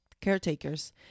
caretakers